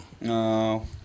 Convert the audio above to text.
No